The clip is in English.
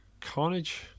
Carnage